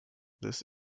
this